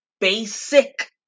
basic